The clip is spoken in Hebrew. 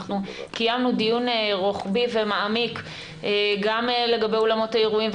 קיימנו דיון רוחבי ומעמיק גם לגבי אולמות האירועים,